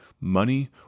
Money